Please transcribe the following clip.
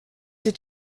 did